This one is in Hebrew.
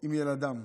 עם ילדם.